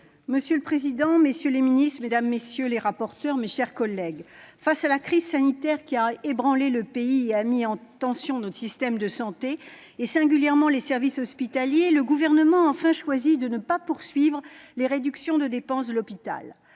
Monsieur le président, messieurs les ministres, mes chers collègues, face à la crise sanitaire qui a ébranlé le pays et mis en tension notre système de santé, et singulièrement les services hospitaliers, le Gouvernement a enfin choisi de ne pas poursuivre les réductions de dépenses pour l'hôpital.